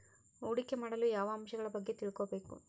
ಹೂಡಿಕೆ ಮಾಡಲು ಯಾವ ಅಂಶಗಳ ಬಗ್ಗೆ ತಿಳ್ಕೊಬೇಕು?